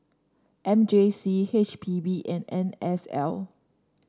M J C H P B and N S L